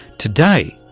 today,